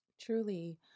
Truly